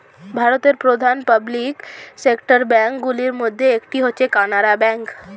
ভারতের প্রধান public sector bank গুলির মধ্যে একটি হচ্ছে কানারা ব্যাঙ্ক